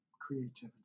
creativity